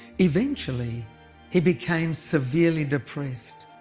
eventually he became severely depressed.